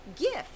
gift